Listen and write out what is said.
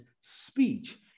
speech